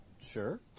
Sure